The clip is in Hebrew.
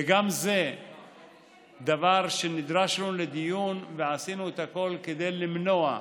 וגם זה דבר שנדרשנו לדיון בו ועשינו את הכול כדי למנוע.